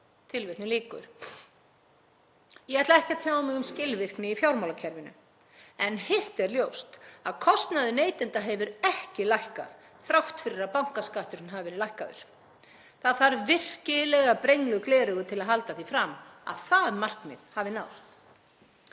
neytenda.“ Ég ætla ekki að tjá mig um skilvirkni í fjármálakerfinu en hitt er ljóst að kostnaður neytenda hefur ekki lækkað þrátt fyrir að bankaskatturinn hafi verið lækkaður. Það þarf virkilega brengluð gleraugu til að halda því fram að það markmið hafi náðst.